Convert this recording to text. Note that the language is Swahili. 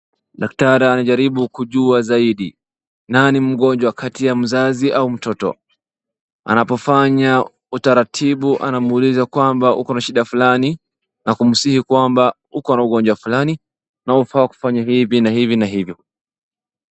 Daktari anajaribu kujua zaidi ,nani mgonjwa kati ya mzazi na mtoto anapofanya utaratibu anamuuliza ,uko na shida fulani na kumsihi kwamba uko na ugonjwa fulani na unafaa kufanya hivi na hivi.